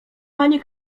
panie